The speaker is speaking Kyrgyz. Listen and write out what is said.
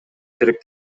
керек